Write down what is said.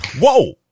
whoa